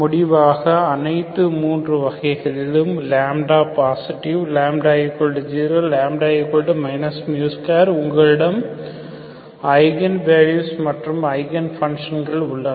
முடிவாக அனைத்தும் மூன்று வகைகளிலும் λ பாசிடிவ் λ 0 λ 2 உங்களிடம் ஐகன் வேல்யூஸ் மற்றும் ஐகன் பங்க்ஷன்கள் உள்ளன